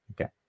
okay